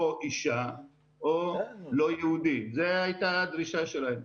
או אישה או לא יהודי, זו הייתה הדרישה שלהן.